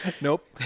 Nope